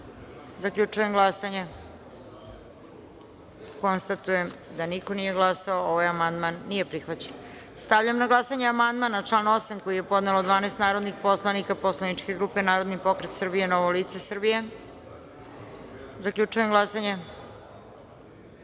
izjasnimo. Zaključujem glasanje i konstatujem da niko nije glasao. Amandman nije prihvaćen. Stavljam na glasanje amandman na član 3. koji je podnelo 12 narodnih poslanika poslaničke grupe Narodni pokret Srbije – Novo lice Srbije. Molim vas